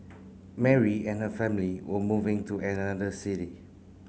Mary and her family were moving to another city